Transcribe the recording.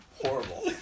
Horrible